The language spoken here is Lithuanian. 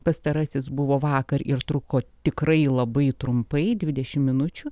pastarasis buvo vakar ir truko tikrai labai trumpai dvidešim minučių